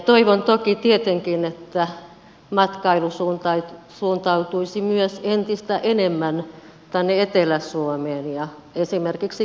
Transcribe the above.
toivon toki tietenkin että matkailu suuntautuisi myös entistä enemmän tänne etelä suomeen ja esimerkiksi tuusulanjärven kulttuurikohteisiin